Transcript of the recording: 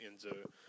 Enzo